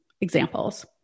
examples